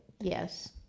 Yes